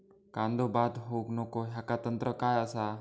कांदो बाद होऊक नको ह्याका तंत्र काय असा?